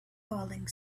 falling